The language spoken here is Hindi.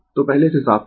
तो पहले इसे साफ करें